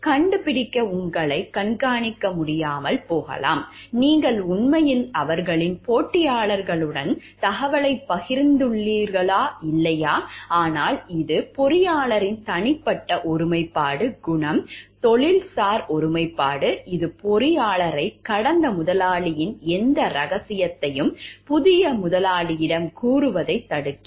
கண்டுபிடிக்க உங்களை கண்காணிக்க முடியாமல் போகலாம் நீங்கள் உண்மையில் அவர்களின் போட்டியாளர்களுடன் தகவலைப் பகிர்ந்துள்ளீர்களோ இல்லையோ ஆனால் இது பொறியாளரின் தனிப்பட்ட ஒருமைப்பாடு குணம் தொழில்சார் ஒருமைப்பாடு இது பொறியியலாளரை கடந்த முதலாளியின் எந்த ரகசியத்தையும் புதிய முதலாளியிடம் கூறுவதைத் தடுக்கிறது